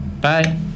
Bye